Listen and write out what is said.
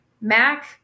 Mac